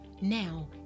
Now